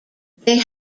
they